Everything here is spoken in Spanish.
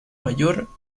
mayor